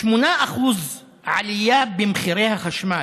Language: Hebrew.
8% עלייה במחירי החשמל,